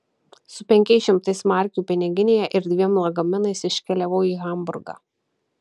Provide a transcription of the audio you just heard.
su penkiais šimtais markių piniginėje ir dviem lagaminais iškeliavau į hamburgą